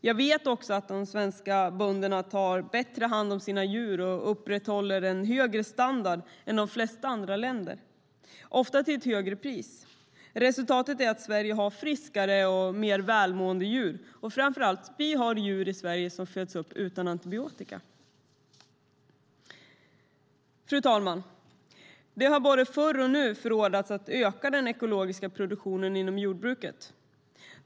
Jag vet också att de svenska bönderna tar bättre hand om sina djur och upprätthåller en högre standard än de flesta andra länder - ofta till ett högre pris. Resultatet är att Sverige har friskare och mer välmående djur. Framför allt har vi djur i Sverige som föds upp utan antibiotika. Fru talman! Det har både förr och nu förordats att man ska öka den ekologiska produktionen inom jordbruket.